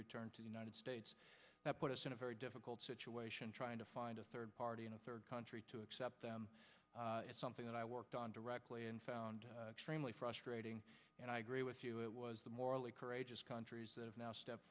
returned to the united states that put us in a very difficult situation trying to find a third party in a third country to accept them something that i worked on directly and found frustrating and i agree with you it was the morally courageous countries that have now step